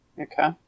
Okay